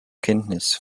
kenntnis